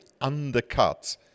undercut